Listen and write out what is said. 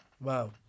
Wow